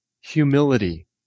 humility